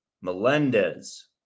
Melendez